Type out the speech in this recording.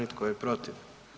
I tko je protiv?